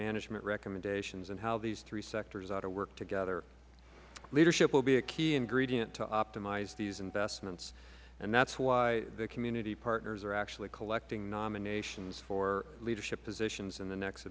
management recommendations and how these three sectors ought to work together leadership will be a key ingredient to optimize these investments and that is why the community partners are actually collecting nominations for leadership positions in the next